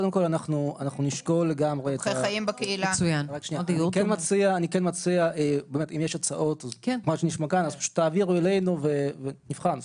אם יש הצעות, תעבירו אותן אלינו ונבחן אותן.